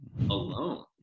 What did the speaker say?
alone